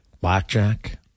blackjack